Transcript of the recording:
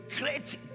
great